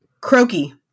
Croaky